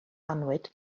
annwyd